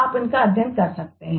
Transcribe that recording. आप उनका अध्ययन कर सकते हैं